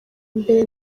mbere